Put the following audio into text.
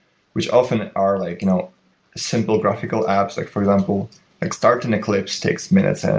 which often are like you know simple graphical apps, like for example like starting eclipse takes minutes. and